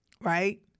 right